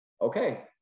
okay